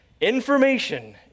information